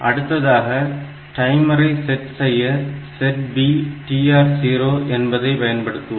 அடுத்ததாக டைமரை செட் செய்ய SETB TR0 என்பதை பயன்படுத்துவோம்